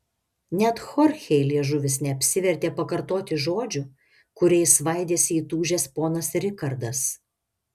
net chorchei liežuvis neapsivertė pakartoti žodžių kuriais svaidėsi įtūžęs ponas rikardas